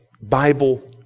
Bible